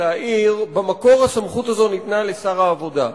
במקור הסמכות הזאת ניתנה לשר העבודה.